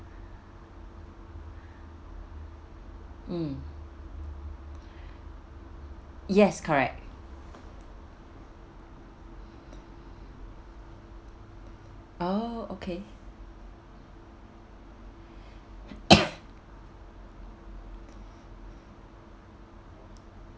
mm yes correct oh okay